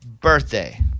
birthday